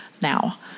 now